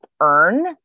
earn